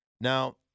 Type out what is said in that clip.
Now